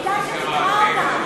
כדאי שתקרא אותה.